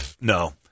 no